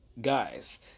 guys